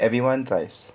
everyone drives